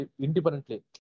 independently